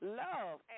love